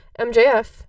MJF